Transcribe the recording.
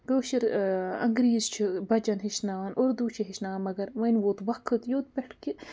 کٲشِر اَنٛگریٖزۍ چھِ بَچَن ہیٚچھناوان اُردو چھِ ہیٚچھناوان مگر وۄنۍ ووت وقت یوٚت پٮ۪ٹھ کہِ